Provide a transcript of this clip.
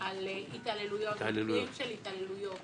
על מקרים של התעללויות